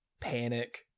panic